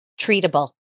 Treatable